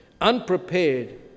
unprepared